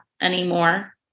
anymore